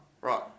Right